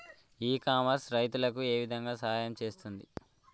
ఇ commerce రైతులకు ఏ విధంగా సహాయం చేస్తుంది?